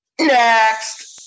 Next